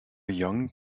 young